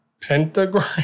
pentagram